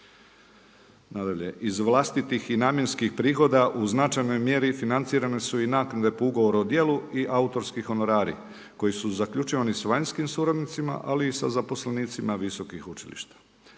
Nadalje, iz vlastitih i namjenskih prihoda u značajnoj mjeri financirane su i naknade po ugovoru o djelu i autorski honorari koji su zaključivani sa vanjskim suradnicima, ali i sa zaposlenicima visokih učilišta.